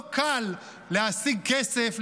לא קל להשיג כסף,